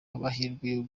amahirwe